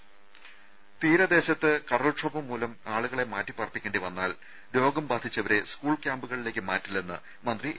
രമ തീരദേശത്ത് കടൽക്ഷോഭംമൂലം ആളുകളെ മാറ്റി പാർപ്പിക്കേണ്ടി വന്നാൽ രോഗം ബാധിച്ചവരെ സ്കൂൾ ക്യാമ്പുകളിലേക്ക് മാറ്റില്ലെന്ന് മന്ത്രി എ